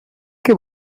que